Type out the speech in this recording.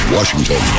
Washington